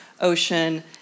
ocean